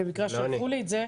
במקרה שלחו לי את זה.